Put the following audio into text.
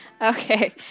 Okay